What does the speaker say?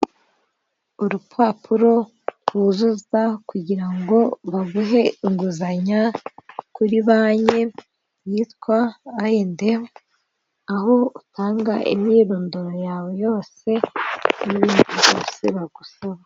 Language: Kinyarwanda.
Urupapuro buzuza kugira ngo baguhe inguzanyo kuri banki yitwa I&M, aho utanga imyirondoro yawe yose n'ikiguzi bagusaba.